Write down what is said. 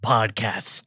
Podcast